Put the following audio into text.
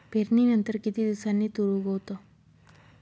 पेरणीनंतर किती दिवसांनी तूर उगवतो?